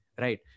Right